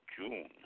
June